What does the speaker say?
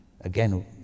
Again